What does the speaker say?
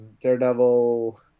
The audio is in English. Daredevil